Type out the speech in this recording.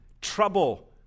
trouble